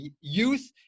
youth